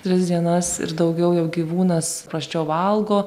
tris dienas ir daugiau jau gyvūnas prasčiau valgo